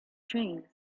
trains